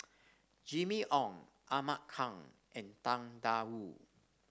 Jimmy Ong Ahmad Khan and Tang Da Wu